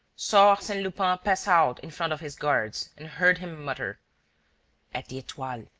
saw arsene lupin pass out in front of his guards and heard him mutter at the etoile.